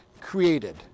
created